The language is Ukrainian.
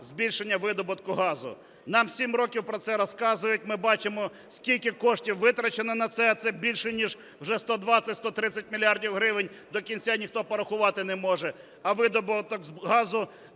збільшення видобутку газу? Нам 7 років про це розказують. Ми бачимо, скільки коштів витрачено на це, а це більше ніж вже 120-130 мільярдів гривень, до кінця ніхто порахувати не може. А видобуток газу